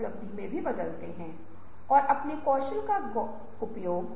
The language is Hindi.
अगर घटिया संवाद होगा तो रचनात्मकता नहीं होगी